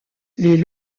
les